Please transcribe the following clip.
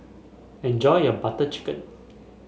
enjoy your Butter Chicken